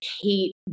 hate